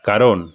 কারণ